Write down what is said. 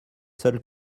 seules